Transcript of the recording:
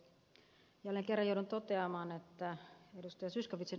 jälleen kerran joudun toteamaan että ed